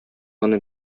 аны